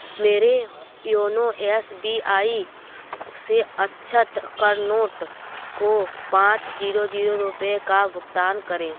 मेरे YONO S B I से अक्षत करनोट को पाँच जीरो जीरो रुपये का भुगतान करें